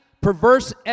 perverse